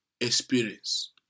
experience